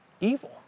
evil